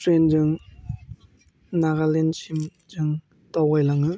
ट्रेनजों नागालेण्डसिम जों दावलाङो